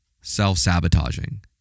self-sabotaging